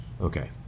Okay